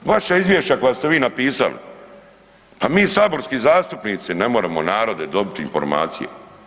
Vaša izvješća koja ste vi napisali, pa mi saborski zastupnici ne moremo, narode, dobiti informacije.